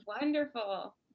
wonderful